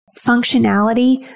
Functionality